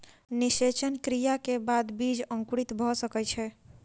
निषेचन क्रिया के बाद बीज अंकुरित भ सकै छै